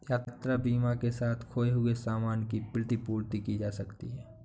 यात्रा बीमा के साथ खोए हुए सामान की प्रतिपूर्ति की जा सकती है